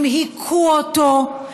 הם הכו אותו,